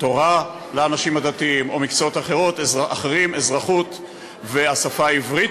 התורה לאנשים דתיים או מקצועות אחרים: אזרחות והשפה העברית,